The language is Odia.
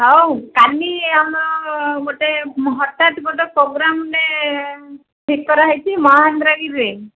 ହଉ କାଲି ଆମ ଗୋଟେ ହଠାତ୍ ଗୋଟେ ପ୍ରୋଗ୍ରମ୍ଟେ ଠିକ୍ କରାହେଇଛି ମହେନ୍ଦ୍ରଗିରିରେ